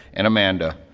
and amanda.